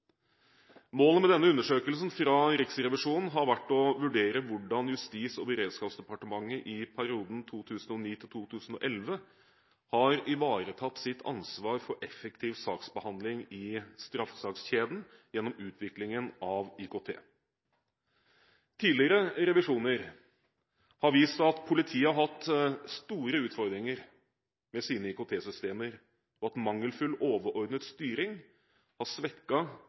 Målet med denne undersøkelsen fra Riksrevisjonen har vært å vurdere hvordan Justis- og beredskapsdepartementet i perioden 2009–2011 har ivaretatt sitt ansvar for effektiv saksbehandling i straffesakskjeden gjennom utviklingen av IKT. Tidligere revisjoner har vist at politiet har hatt store utfordringer med sine IKT-systemer, og at mangelfull overordnet styring har